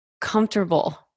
comfortable